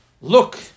Look